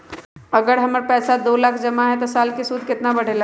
अगर हमर पैसा दो लाख जमा है त साल के सूद केतना बढेला?